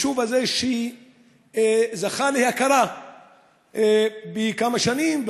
יישוב שזכה להכרה לפני כמה שנים,